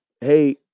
hey